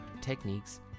techniques